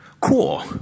Cool